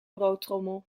broodtrommel